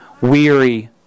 weary